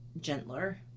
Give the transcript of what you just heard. gentler